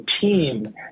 team